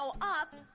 up